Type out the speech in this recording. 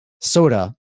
soda